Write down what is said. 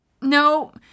No